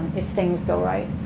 if things go right.